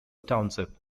township